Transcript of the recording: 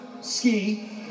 Ski